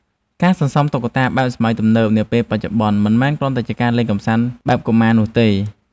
ការសន្សំតុក្កតាបែបសម័យទំនើបនាពេលបច្ចុប្បន្ន មិនមែនគ្រាន់តែជាការលេងកម្សាន្តបែបកុមារភាពនោះទេ។